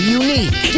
unique